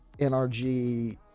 NRG